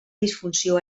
disfunció